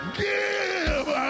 give